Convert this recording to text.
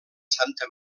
santa